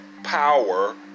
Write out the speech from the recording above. Power